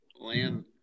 land